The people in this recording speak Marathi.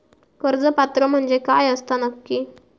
कर्ज पात्र म्हणजे काय असता नक्की?